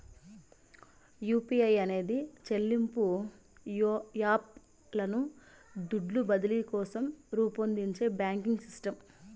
UPI అనేది చెల్లింపు app లను దుడ్లు బదిలీ కోసరం రూపొందించే బాంకింగ్ సిస్టమ్